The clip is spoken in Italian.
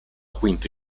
quinto